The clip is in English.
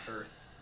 earth